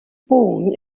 born